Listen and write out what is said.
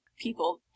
people